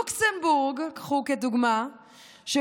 קחו לדוגמה את לוקסמבורג,